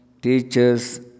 teachers